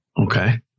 Okay